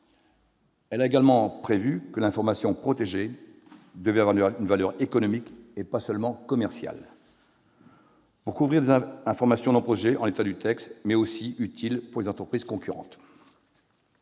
Elle a également prévu que l'information protégée devait avoir une valeur économique, et pas seulement commerciale, pour couvrir des informations non protégées en l'état actuel, mais utiles pour une entreprise concurrente.